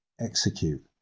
Execute